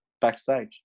backstage